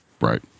Right